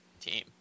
team